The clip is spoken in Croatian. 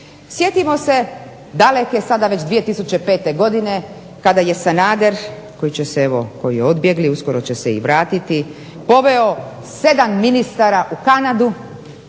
Sjetimo se daleke sada već 2005. godine kada je Sanader, koji će se evo, koji je odbjegli, uskoro će se i vratiti, poveo 7 ministara u Kanadu,